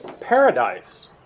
paradise